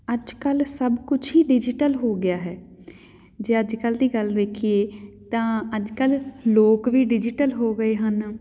ਅੱਜ ਕੱਲ੍ਹ ਸਭ ਕੁਛ ਹੀ ਡਿਜੀਟਲ ਹੋ ਗਿਆ ਹੈ ਜੇ ਅੱਜ ਕੱਲ੍ਹ ਦੀ ਗੱਲ ਦੇਖੀਏ ਤਾਂ ਅੱਜ ਕੱਲ੍ਹ ਲੋਕ ਵੀ ਡਿਜੀਟਲ ਹੋ ਗਏ ਹਨ